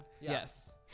Yes